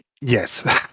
yes